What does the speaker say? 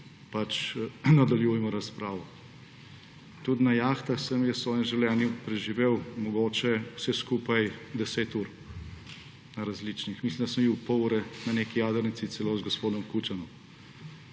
nadaljujmo razpravo. Tudi na jahtah sem jaz v svojem življenju preživel mogoče vse skupaj 10 ur. Na različnih. Mislim, da sem bil pol ure na neki jadrnici celo z gospodom Kučanom.